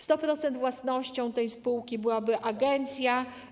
100-procentową własnością tej spółki byłaby agencja.